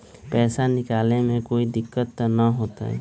पैसा निकाले में कोई दिक्कत त न होतई?